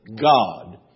God